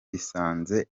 bisanze